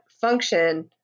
function